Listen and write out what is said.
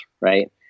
Right